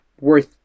worth